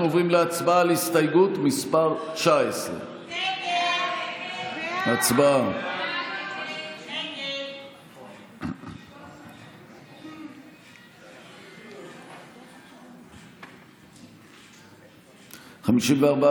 אנחנו עוברים להצבעה על הסתייגות מס' 19. הצבעה.